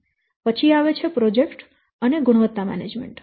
પછી આવે છે પ્રોજેક્ટ અને ગુણવત્તા મેનેજમેન્ટ